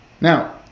Now